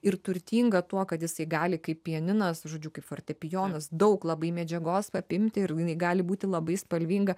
ir turtingą tuo kad jisai gali kaip pianinas žodžiu kaip fortepijonas daug labai medžiagos apimti ir jinai gali būti labai spalvinga